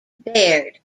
baird